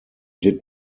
did